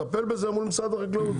טפל בזה מול משרד החקלאות,